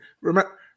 remember